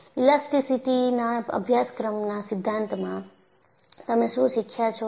ઈલાસ્ટીસીટીના અભ્યાસક્રમના સિદ્ધાંતમાં તમે શું શીખ્યા છો